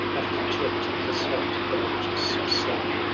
oft check'd the soft yoluptuous sigh,